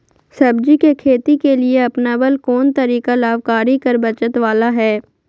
सब्जी के खेती के लिए अपनाबल कोन तरीका लाभकारी कर बचत बाला है?